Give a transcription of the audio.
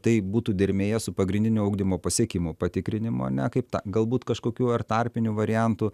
tai būtų dermėje su pagrindinio ugdymo pasiekimų patikrinimu ar ne kaip tą galbūt kažkokiu ar tarpiniu variantu